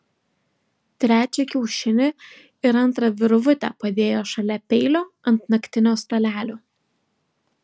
trečią kiaušinį ir antrą virvutę padėjo šalia peilio ant naktinio stalelio